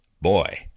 boy